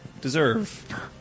deserve